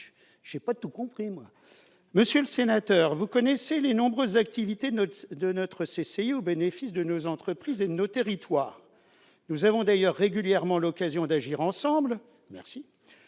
je n'ai pas bien compris :« Monsieur le sénateur, vous connaissez les nombreuses activités de notre CCI au bénéfice de nos entreprises et de nos territoires. Nous avons d'ailleurs régulièrement l'occasion d'agir ensemble- merci